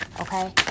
okay